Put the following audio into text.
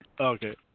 Okay